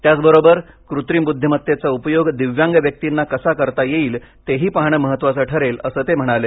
त्याचबरोबर कृत्रिम बुद्धिमत्तेचा उपयोग दिव्यांग व्यक्तींना कसा करता येईल तेही पाहणं महत्त्वाचं ठरेल असं ते म्हणाले